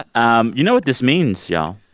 um you know what this means, y'all?